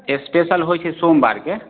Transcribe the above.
special होइ छै सोमवारके